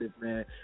man